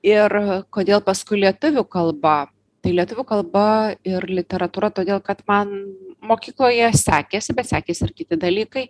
ir kodėl paskui lietuvių kalba tai lietuvių kalba ir literatūra todėl kad man mokykloje sekėsi bet sekėsi ir kiti dalykai